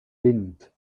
wind